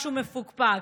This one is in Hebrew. למשהו מפוקפק.